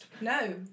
no